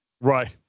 Right